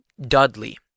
Dudley